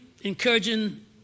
encouraging